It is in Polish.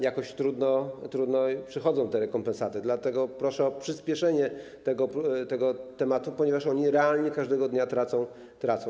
Jakoś trudno przychodzą te rekompensaty, dlatego proszę o przyspieszenie tego tematu, ponieważ oni realnie każdego dnia tracą i tracą.